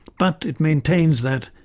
but it maintains that,